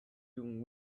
young